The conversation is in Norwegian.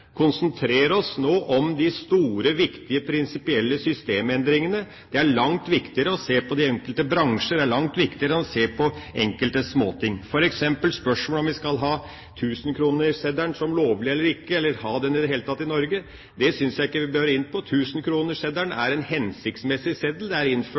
nå konsentrere oss om de store, viktige, prinsipielle systemendringene. Det er langt viktigere enn å se på de enkelte bransjer. Det er langt viktigere enn å se på enkelte småting. For eksempel spørsmålet om vi skal ha 1 000 kr-seddelen som lovlig eller ikke, eller om vi i det hele tatt skal ha den i Norge, synes jeg ikke vi behøver å gå inn på. 1 000 kr-seddelen er